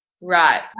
right